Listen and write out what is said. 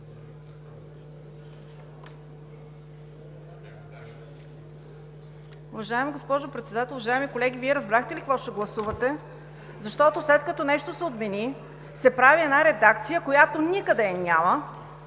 Уважаема госпожо Председател, уважаеми колеги, Вие разбрахте ли какво ще гласувате? Защото, след като нещо се отмени, се прави редакция, която никъде я няма.